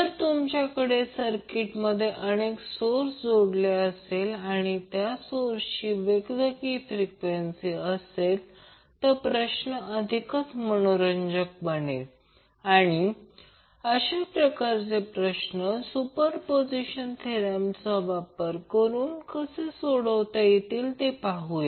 जर तुमच्याकडे सर्किटमध्ये अनेक सोर्स जोडले आणि त्या सोर्सची वेगवेगळी फ्रिक्वेंसी असेल तर प्रश्न अधिकच मनोरंजक बनेल आणि अशा प्रकारचे प्रश्न सुपरपोझिशन थेरमचा वापर करून कसे सोडवता येतील ते पाहुया